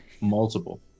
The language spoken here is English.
multiple